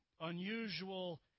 unusual